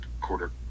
quarter